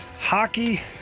hockey